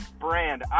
brand